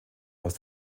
aus